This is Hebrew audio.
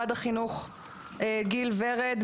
בבקשה גיל ורד,